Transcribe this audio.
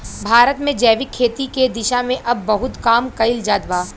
भारत में जैविक खेती के दिशा में अब बहुत काम कईल जात बा